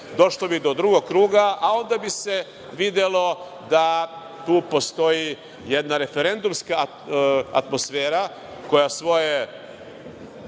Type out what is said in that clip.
došlo bi do drugog kruga, a onda bi se videlo da tu postoji jedna referendumska atmosfera koja svoje